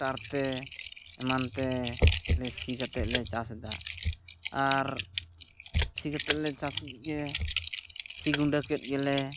ᱴᱨᱟᱠᱴᱟᱨᱛᱮ ᱮᱢᱟᱱᱛᱮᱞᱮ ᱥᱤ ᱠᱟᱛᱮᱞᱮ ᱪᱟᱥ ᱮᱫᱟ ᱟᱨ ᱥᱤ ᱠᱟᱛᱮᱞᱮ ᱪᱟᱥᱮᱫᱜᱮ ᱥᱤ ᱜᱩᱸᱰᱟᱹᱠᱮᱫ ᱜᱮᱞᱮ